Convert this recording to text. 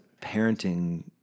parenting